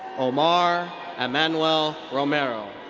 omar emanuel romero.